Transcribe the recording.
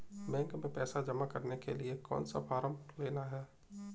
Bank में पैसा जमा करने के लिए कौन सा फॉर्म लेना है?